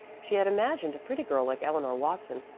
she had imagined a pretty girl like eleanor watson,